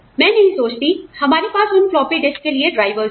मैं नहीं सोचती हमारे पास उन फ्लॉपी डिस्क के लिए ड्राइवर हैं